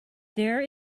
there